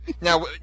Now